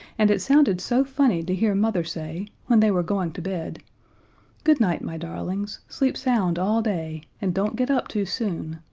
and it sounded so funny to hear mother say, when they were going to bed good night, my darlings, sleep sound all day, and don't get up too soon.